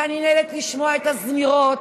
ואני נהנית לשמוע את הזמירות,